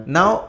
Now